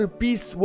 peace